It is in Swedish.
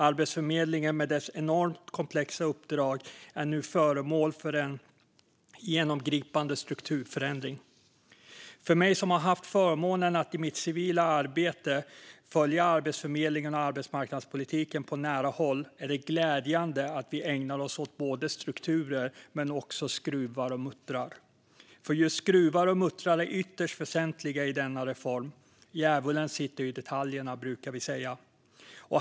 Arbetsförmedlingen med dess enormt komplexa uppdrag är nu föremål för en genomgripande strukturförändring. För mig som har haft förmånen att i mitt civila arbete följa Arbetsförmedlingen och arbetsmarknadspolitiken på nära håll är det glädjande att vi ägnar oss åt både strukturer och skruvar och muttrar. Just skruvar och muttrar är ytterst väsentliga i denna reform. Djävulen sitter ju i detaljerna, brukar vi säga.